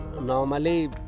normally